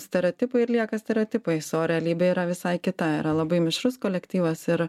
stereotipai ir lieka stereotipais o realybė yra visai kita yra labai mišrus kolektyvas ir